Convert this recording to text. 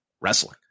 wrestling